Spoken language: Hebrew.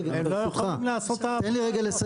הם לא יכולים לעשות את העבודה הזאת,